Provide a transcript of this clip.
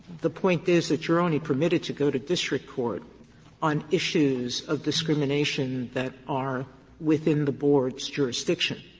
the point is that you're only permitted to go to district court on issues of discrimination that are within the board's jurisdiction.